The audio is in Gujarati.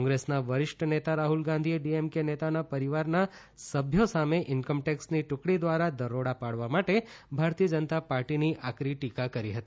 કોંગ્રેસના વરિષ્ઠ નેતા રાહુલ ગાંધીએ ડીએમકે નેતાના પરિવારના સભ્યો સામે ઈન્કમટેક્સની ટુકડી દ્વારા દરોડા પાડવા માટે ભારતીય જનતા પાર્ટીની આકરી ટીકા કરી હતી